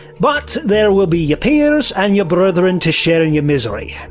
but there will be your peers and your brethren to share in your misery.